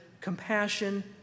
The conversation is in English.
compassion